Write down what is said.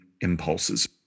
impulses